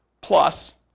Plus